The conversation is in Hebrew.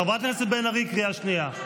חברת הכנסת בן ארי, קריאה שנייה.